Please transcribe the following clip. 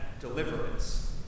deliverance